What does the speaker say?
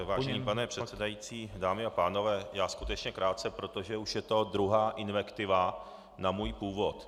Vážený pane předsedající, dámy a pánové, já skutečně krátce, protože už je to druhá invektiva na můj původ.